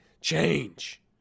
change